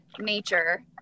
nature